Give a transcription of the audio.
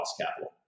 capital